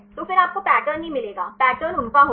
तो फिर आपको पैटर्न नहीं मिलेगा पैटर्न उन का होगा